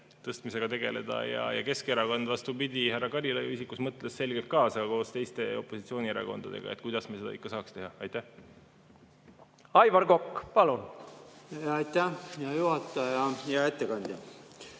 tõstmisega tegeleda, ja Keskerakond, vastupidi, härra Karilaiu isikus mõtles selgelt kaasa koos opositsioonierakondadega, et kuidas me seda ikka saaks teha. Aivar Kokk, palun! Aitäh, hea juhataja! Hea ettekandja!